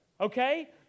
okay